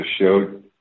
showed